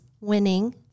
winning